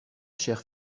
chair